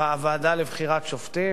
הוועדה לבחירת שופטים,